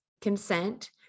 consent